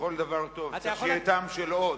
דבר טוב צריך שיהיה טעם של עוד.